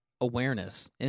awareness